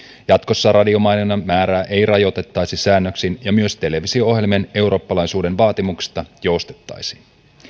jatkossa radiomainonnan määrää ei rajoitettaisi säännöksin ja myös televisio ohjelmien eurooppalaisuuden vaatimuksista joustettaisiin